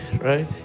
right